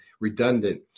redundant